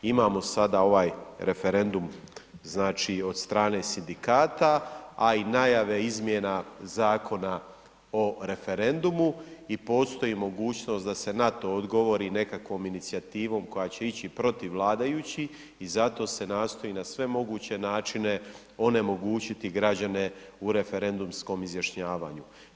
Imamo sada ovaj referendum, znači od strane sindikata, a i najave izmjena Zakona o referendumu, i postoji mogućnost da se ne to odgovori nekakvom inicijativom koja će ići protiv vladajućih i zato se nastoji na sve moguće načine onemogućiti građane u referendumskom izjašnjavanju.